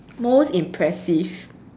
most impressive